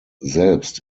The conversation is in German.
selbst